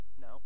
No